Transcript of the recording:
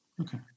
Okay